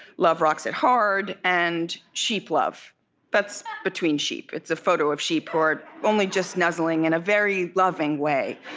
love rocks it hard, and sheep love that's between sheep it's a photo of sheep who are only just nuzzling in a very loving way,